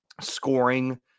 scoring